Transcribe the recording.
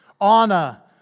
Anna